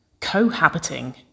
Cohabiting